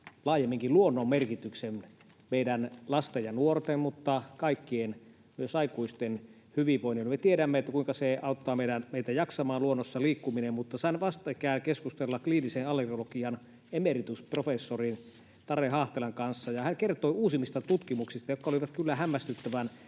laajemminkin luonnon merkityksen meidän lasten ja nuorten mutta kaikkien muidenkin, myös aikuisten, hyvinvoinnille. Me tiedämme, kuinka luonnossa liikkuminen auttaa meitä jaksamaan. Sain vastikään keskustella kliinisen allergologian emeritusprofessorin Tari Haahtelan kanssa, ja hän kertoi uusimmista tutkimuksista, jotka olivat kyllä hämmästyttävän